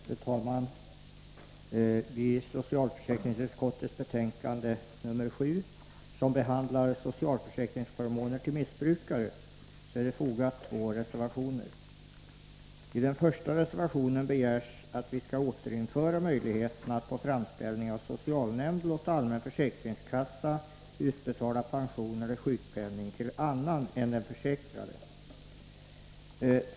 Fru talman! Vid socialförsäkringsutskottets betänkande nr 7, där det behandlas socialförsäkringsförmåner till missbrukare, är två reservationer fogade. I den första reservationen begärs att vi skall återinföra möjligheten att på framställning av socialnämnd låta allmän försäkringskassa utbetala pensioner och sjukpenning till annan än den försäkrade.